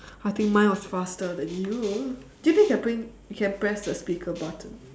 I think mine was faster than you do you think can print can press the speaker button